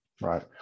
Right